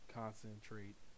concentrate